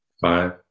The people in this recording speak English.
five